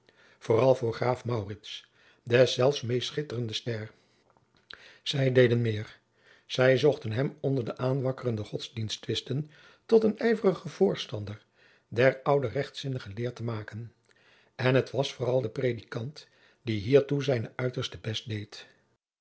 vooral voor graaf maurits deszelfs meest jacob van lennep de pleegzoon schitterende ster zij deden meer zij zochten hem onder de aanwakkerende godsdiensttwisten tot een ijverigen voorstander der oude rechtzinnige leer te maken en het was vooral de predikant die hiertoe zijn uiterste best deed